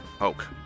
Oak